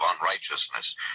unrighteousness